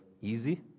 easy